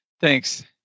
Thanks